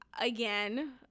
again